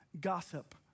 gossip